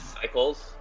Cycles